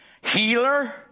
healer